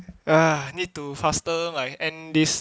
ah need to faster like end this